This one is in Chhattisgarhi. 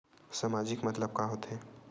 सामाजिक मतलब का होथे?